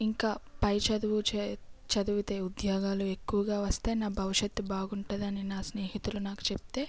ఇంకా పైచదువు చదివితే ఉద్యోగాలు ఎక్కువగా వస్తాయి నా భవిష్యత్ బాగుంటుందని నా స్నేహితులు నాకు చెప్తే